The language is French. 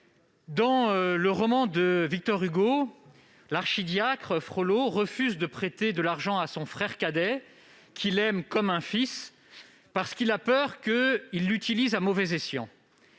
Dans le roman de Victor Hugo, l'archidiacre Frollo refuse de prêter de l'argent à son frère cadet, qu'il aime pourtant comme un fils, de peur qu'il l'utilise à mauvais escient.